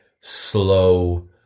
slow